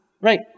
Right